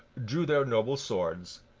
drew their noble swords,